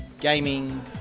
gaming